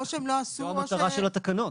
זה המטרה של התקנות.